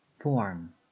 Form